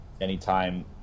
anytime